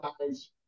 guys